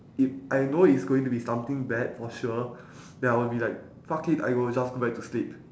if I know is going to be something bad for sure then I will be like fuck it I will just go back to sleep